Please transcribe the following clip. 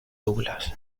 douglas